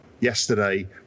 yesterday